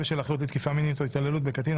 בשל אחריות לתקיפה מינית או התעללות בקטין),